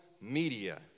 media